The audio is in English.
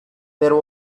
there